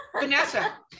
Vanessa